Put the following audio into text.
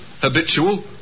Habitual